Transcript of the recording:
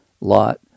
lot